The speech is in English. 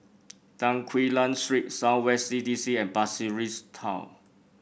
Tan Quee Lan Street South West C D C and Pasir Ris Town